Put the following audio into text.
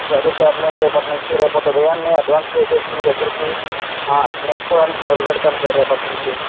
సరే సార్ నేను రేపటి నుంచి రేపటి ఉదయాన అడ్వాన్స్ పే చేసి మీ దగ్గరకి నేర్చుకోవడానికి మొదలు పెడతాను సార్ రేపటి నుంచి